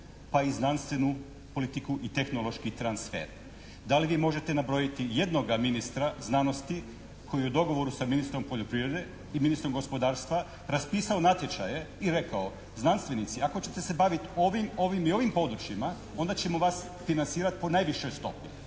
pa i znanstvenu politiku i tehnološki transfer. Da li vi možete nabrojiti jednoga ministra znanosti koji u dogovoru sa ministrom poljoprivrede i ministrom gospodarstva raspisao natječaje i rekao znanstvenici ako ćete se bavit ovim, ovim i ovim područjima onda ćemo vas financirati po najvišoj stopi.